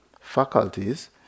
faculties